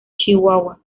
chihuahua